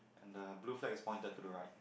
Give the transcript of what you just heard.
and the blue flag is pointed to the right